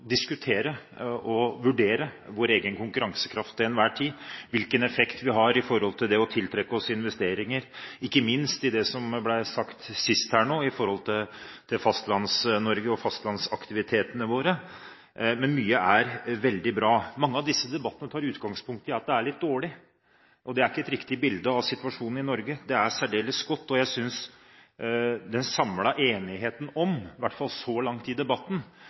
diskutere og vurdere vår egen konkurransekraft til enhver tid – hvilken effekt vi har når det gjelder det å tiltrekke oss investeringer, ikke minst ut fra det som ble sagt her nå om Fastlands-Norge og fastlandsaktivitetene våre. Mye er veldig bra. Mange av disse debattene tar utgangspunkt i at det er litt dårlig, og det er ikke et riktig bilde av situasjonen i Norge. Det er særdeles godt. Jeg synes den samlede enigheten om – i hvert fall så langt i debatten